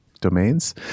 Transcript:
domains